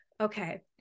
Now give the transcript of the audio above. okay